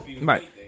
Right